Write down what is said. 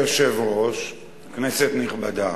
אדוני היושב-ראש, כנסת נכבדה,